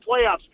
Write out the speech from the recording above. playoffs